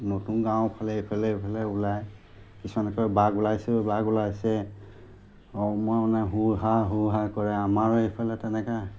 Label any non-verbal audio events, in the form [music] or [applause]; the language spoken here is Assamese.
নতুন গাঁওফালে এইফালে এইফালে ওলায় কিছুমান এনেকৈ বাঘ ওলাইছে ঐ বাঘ ওলাইছে [unintelligible] মানে শু হা শু হা কৰে আমাৰো এইফালে তেনেকৈ